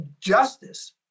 justice